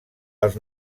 els